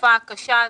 בתקופה הקשה הזו,